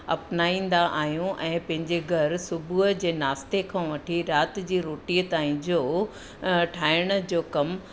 अपनाईंदा आहियूं ऐं पंहिंजे घरु सुबुह जे नास्ते खां वठी राति जी रोटीअ ताईं जो ठाहिण जो कमु